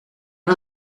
non